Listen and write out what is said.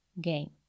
game